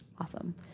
Awesome